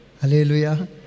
Hallelujah